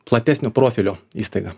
platesnio profilio įstaiga